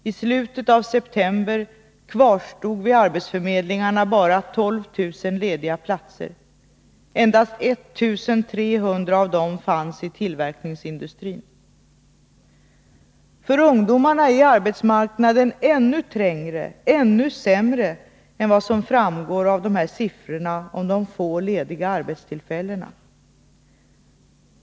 I slutet av september kvarstod vid arbetsförmedlingarna bara 12 000 lediga platser. Endast 1300 av dem fanns inom tillverkningsindustrin. För ungdomarna är arbetsmarknaden ännu trängre, ännu sämre än vad som framgår av de här siffrorna över de få lediga arbetsplatserna.